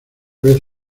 vez